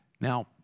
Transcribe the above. Now